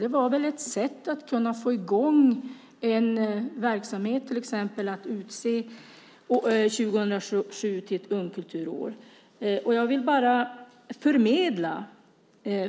Men det var väl ett sätt att kunna få i gång en verksamhet, till exempel detta med att utse år 2007 till ett ungkulturår.